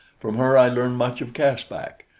from her i learned much of caspak,